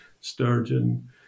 Sturgeon